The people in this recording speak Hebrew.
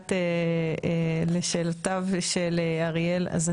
לשאלותיו של אריאל שלומי,